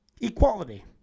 Equality